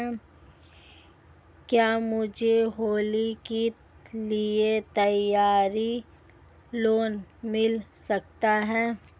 क्या मुझे होली के लिए त्यौहार लोंन मिल सकता है?